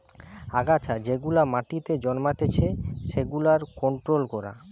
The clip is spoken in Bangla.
আগাছা যেগুলা মাটিতে জন্মাতিচে সেগুলার কন্ট্রোল করা